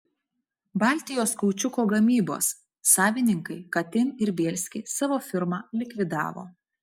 baltijos kaučiuko gamybos savininkai katin ir bielsky savo firmą likvidavo